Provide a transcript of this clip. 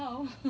no